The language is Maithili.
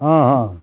हँ हँ